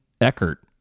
Eckert